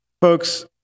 Folks